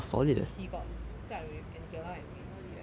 he got skype with angela and mei qi like that [one]